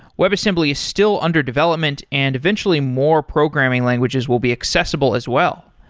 web assembly is still under development and eventually more programming languages will be accessible as well.